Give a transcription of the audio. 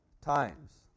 times